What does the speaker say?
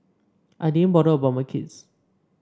I didn't bother about my kids